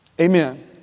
Amen